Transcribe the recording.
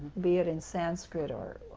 be it in sanskrit or